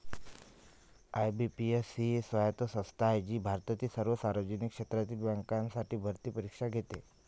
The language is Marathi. आय.बी.पी.एस ही स्वायत्त संस्था आहे जी भारतातील सर्व सार्वजनिक क्षेत्रातील बँकांसाठी भरती परीक्षा घेते